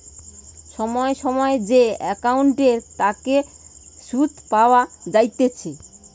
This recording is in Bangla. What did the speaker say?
সময় সময় যে একাউন্টের তাকে সুধ পাওয়া যাইতেছে